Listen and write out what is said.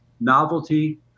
novelty